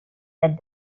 that